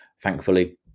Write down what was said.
thankfully